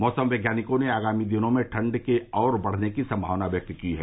मौसम वैज्ञानिकों ने आगामी दिनों में ठंड के और बढ़ने की संभावना व्यक्त की है